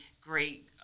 great